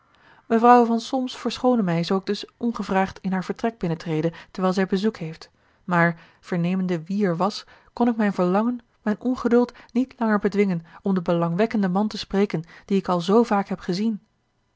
mevrouwe van solms verschoone mij zoo ik dus ongevraagd in haar vertrek binnentrede terwijl zij bezoek heeft maar vernemende wie er was kon ik mijn verlangen mijn ongeduld niet langer bedwingen om den belangwekkenden man te spreken dien ik al zoovaak heb gezien